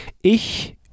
Ich